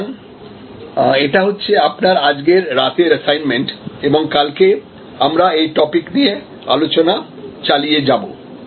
সুতরাং এটা হচ্ছে আপনার আজকের রাতের এসাইনমেন্ট এবং কালকে আমরা এই টপিক নিয়ে আলোচনা চালিয়ে যাব